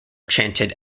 chanted